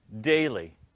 daily